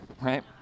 right